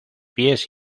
pies